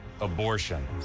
abortion